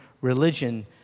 religion